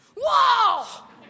Whoa